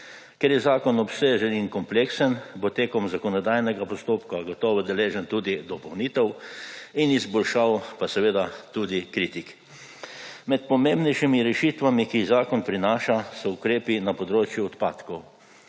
Ker je zakon obsežen in kompleksen, bo tekom zakonodajnega postopka gotovo deležen tudi dopolnitev in izboljšav, pa seveda tudi kritik. Med pomembnejšimi rešitvami, ki jih zakon prinaša, so ukrepi na področju odpadkov.